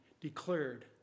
declared